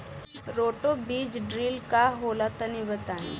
Roto बीज drill का होला तनि बताई?